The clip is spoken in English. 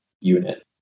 unit